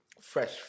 Fresh